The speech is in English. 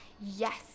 yes